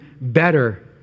better